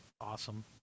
awesome